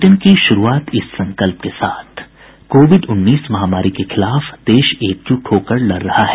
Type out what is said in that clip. bulletin की शुरूआत इस संकल्प के साथ कोविड उन्नीस महामारी के खिलाफ देश एकजुट होकर लड़ रहा है